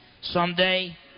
someday